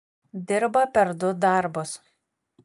dirba per du darbus